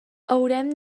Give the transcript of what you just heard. haurem